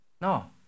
No